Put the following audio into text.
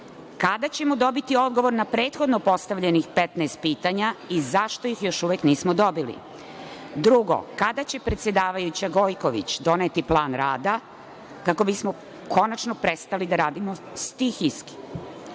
kada ćemo dobiti odgovor na prethodno postavljenih 15 pitanja i zašto ih još uvek nismo dobili? **Branka Stamenković** Drugo – kada će predsedavajuća Gojković doneti plan rada, kako bismo konačno prestali da radimo stihijski?